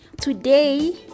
Today